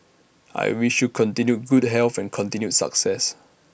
I wish you continued good health and continued success